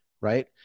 Right